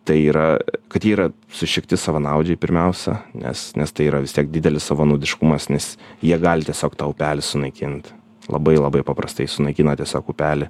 tai yra kad yra sušikti savanaudžiai pirmiausia nes nes tai yra vis tiek didelis savanaudiškumas nes jie gali tiesiog tą upelį sunaikint labai labai paprastai sunaikina tiesiog upelį